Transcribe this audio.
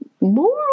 more